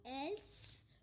else